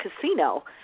casino